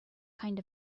kind